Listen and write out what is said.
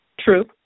True